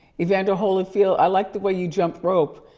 evander holyfield, i liked the way you jump rope,